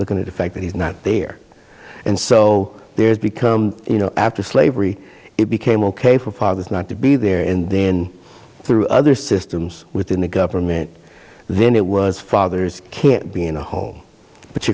look at the fact that he's not there and so there's become you know after slavery it became ok for fathers not to be there and then through other systems within the government then it was fathers can't be in a home